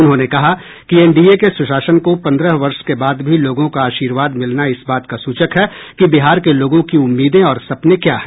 उन्होंने कहा कि एन डी ए के सुशासन को पंद्रह वर्ष के बाद भी लोगों का आशीर्वाद मिलना इस बात का सूचक है कि बिहार के लोगों की उम्मीदें और सपने क्या हैं